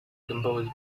compose